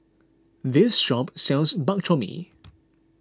this shop sells Bak Chor Mee